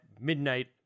midnight